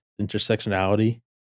intersectionality